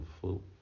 full